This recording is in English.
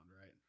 right